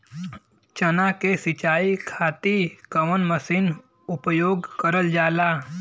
चना के सिंचाई खाती कवन मसीन उपयोग करल जाला?